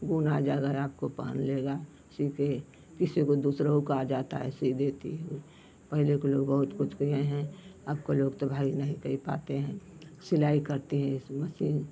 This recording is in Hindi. बुन आ जाए अगर आपको पहन लेगा सीकर किसी को दुसरों का आ जाता है सी देती हूँ पहले के लोग बहुत कुछ किए हैं अबके लोग तो भई नहीं कइ पाते हैं सिलाई करती हैं इस मसीन